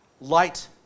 light